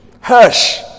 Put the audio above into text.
hush